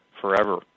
forever